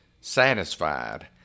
satisfied